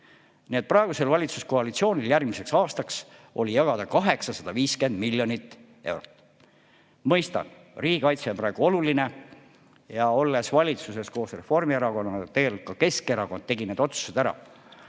praegusel valitsuskoalitsioonil oli järgmiseks aastaks jagada 850 miljonit eurot. Mõistan, riigikaitse on praegu oluline ja olles valitsuses koos Reformierakonnaga, ka Keskerakond tegi need otsused ära.